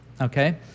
Okay